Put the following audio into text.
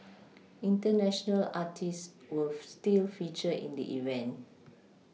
international artists will still feature in the event